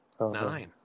Nine